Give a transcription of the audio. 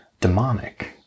demonic